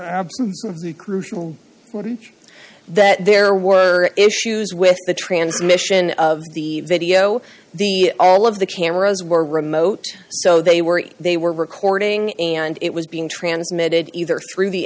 movement crucial that there were issues with the transmission of the video the all of the cameras were remote so they were they were recording and it was being transmitted either through the